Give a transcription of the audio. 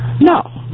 No